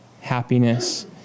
happiness